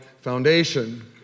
foundation